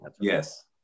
Yes